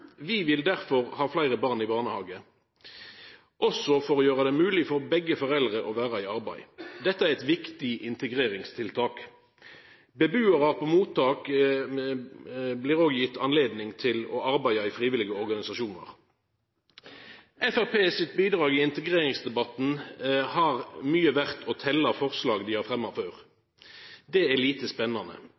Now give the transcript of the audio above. Vi vil derfor ha fleire barn i barnehage, òg for å gjera det mogleg for begge foreldra å vera i arbeid. Dette er viktige integreringstiltak. Bebuarar på mottak blir òg gitt anledning til å arbeida i frivillige organisasjonar. Framstegspartiet sitt bidrag i integreringsdebatten har mykje vore å telja forslag dei har fremma tidlegare. Det er lite spennande.